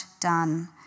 done